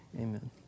amen